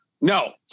No